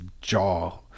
jaw